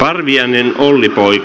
parviainen ollikka oli